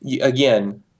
again